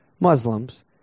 Muslims